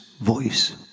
voice